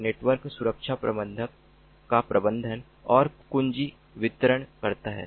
एक नेटवर्क सुरक्षा प्रबंधक का प्रबंधन और कुंजी वितरण करता है